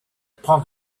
upon